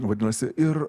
vadinasi ir